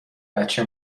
بچه